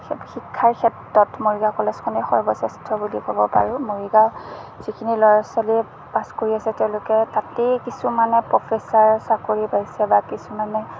শিক্ষাৰ ক্ষেত্ৰত মৰিগাঁও কলেজখনেই সৰ্বশ্ৰেষ্ঠ বুলি ক'ব পাৰোঁ মৰিগাঁও যিখিনি ল'ৰা ছোৱালীয়ে পাচ কৰি আছে তেওঁলোকে তাতেই কিছুমানে প্ৰফেচাৰ চাকৰি পাইছে বা কিছুমানে